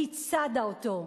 היא צדה אותו.